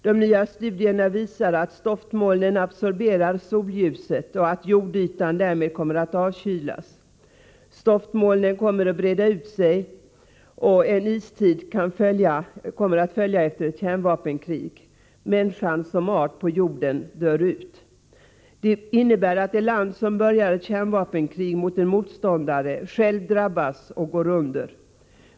De nya studierna visar att stoftmolnen absorberar solljuset och att jordytan därmed kommer att avkylas. Stoftmolnen kommer att breda ut sig, och en istid följer efter ett kärnvapenkrig. Människan som art på jorden dör ut. Detta innebär att det land som börjar ett kärnvapenkrig mot en motståndare själv drabbas och går under.